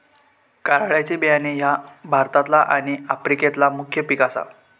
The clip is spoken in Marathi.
कारळ्याचे बियाणा ह्या भारतातला आणि आफ्रिकेतला मुख्य पिक आसा